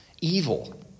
evil